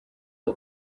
aho